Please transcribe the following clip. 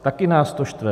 Taky nás to štve.